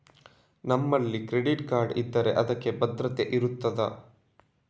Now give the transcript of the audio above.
ನಮ್ಮಲ್ಲಿ credit card ಇದ್ದರೆ ಅದಕ್ಕೆ ಭದ್ರತೆ ಇರುತ್ತದಾ?